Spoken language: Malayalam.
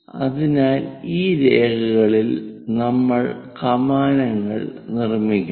അതിനാൽ ഈ രേഖകളിൽ നമ്മൾ കമാനങ്ങൾ നിർമ്മിക്കണം